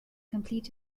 complete